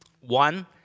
One